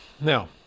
Now